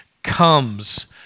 comes